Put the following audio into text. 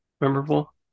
memorable